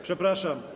Przepraszam.